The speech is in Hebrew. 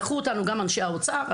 לקחו אותנו גם אנשי האוצר,